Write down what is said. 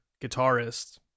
guitarist